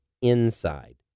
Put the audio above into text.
inside